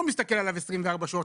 לא מסתכל עליו 24 שעות,